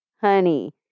honey